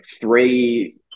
three